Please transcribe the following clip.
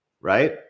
right